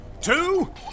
two